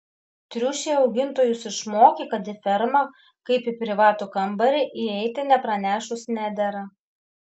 triušiai augintojus išmokė kad į fermą kaip į privatų kambarį įeiti nepranešus nedera